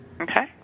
Okay